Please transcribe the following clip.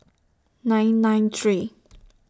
nine nine three